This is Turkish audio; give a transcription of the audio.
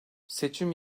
seçim